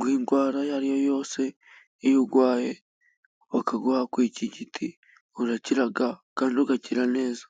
w'indwara iyo ari yo yose ,iyo urwaye bakaguha kuri iki giti urakira kandi ugakira neza.